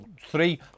Three